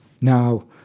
now